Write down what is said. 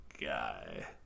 guy